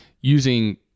using